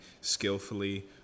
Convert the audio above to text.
skillfully